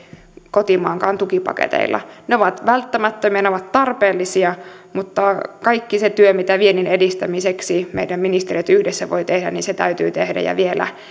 kotimaankaan tukipaketeilla ne ovat välttämättömiä ne ovat tarpeellisia mutta kaikki se työ mitä viennin edistämiseksi meidän ministeriömme yhdessä voivat tehdä täytyy tehdä ja vielä